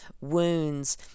wounds